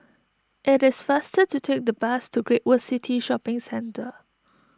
it is faster to take the bus to Great World City Shopping Centre